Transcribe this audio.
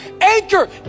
anchor